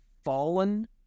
fallen